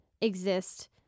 exist